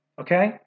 Okay